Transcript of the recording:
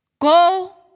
Go